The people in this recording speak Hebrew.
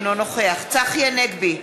אינו נוכח צחי הנגבי,